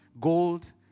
gold